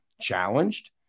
challenged